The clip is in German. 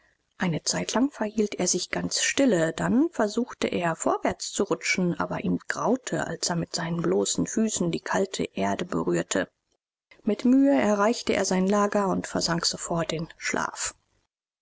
eine zeitlang verhielt er sich ganz stille dann versuchte er vorwärts zu rutschen aber ihm graute als er mit seinen bloßen füßen die kalte erde berührte mit mühe erreichte er sein lager und versank sofort in schlaf